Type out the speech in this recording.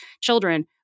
children